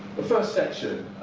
the first section,